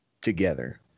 together